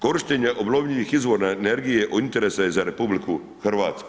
Korištenje obnovljivih izvora energije od interesa je za RH.